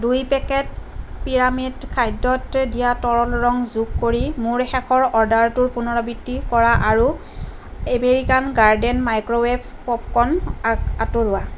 দুই পেকেট পিউৰামেট খাদ্যত দিয়া তৰল ৰং যোগ কৰি মোৰ শেষৰ অৰ্ডাৰটোৰ পুনৰাবৃত্তি কৰা আৰু এমেৰিকান গাৰ্ডেন মাইক্ৰ'ৱেভ পপকৰ্ন আঁতৰোৱা